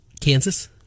Kansas